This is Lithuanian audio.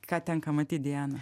ką tenka matyt diana